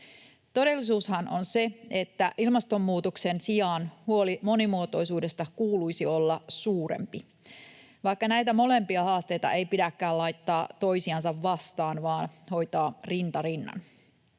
Todellisuushan on se, että ilmastonmuutoksen sijaan huolen monimuotoisuudesta kuuluisi olla suurempi, vaikka näitä haasteita ei pidäkään laittaa toisiansa vastaan vaan hoitaa rinta rinnan.